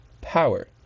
power